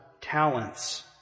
talents